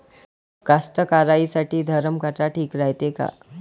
कास्तकाराइसाठी धरम काटा ठीक रायते का?